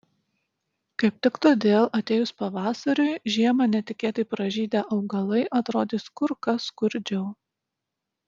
kaip tik todėl atėjus pavasariui žiemą netikėtai pražydę augalai atrodys kur kas skurdžiau